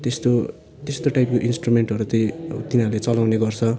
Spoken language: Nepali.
त्यस्तो त्यस्तो टाइपको इन्स्ट्रुमेन्टहरू चाहिँ तिनीहरूले चलाउने गर्छ